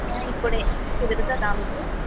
ఇప్పుడే కుదురుతుందా మీకు